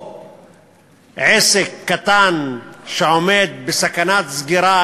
התנגדנו, הצבענו נגדם.